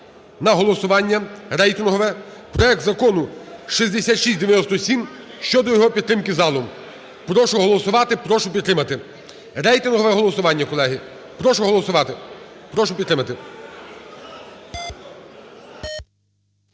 на голосування рейтингове проект Закону 6697 щодо його підтримки залом. Прошу голосувати. Прошу підтримати. Рейтингове голосування, колеги. Прошу голосувати. Прошу підтримати.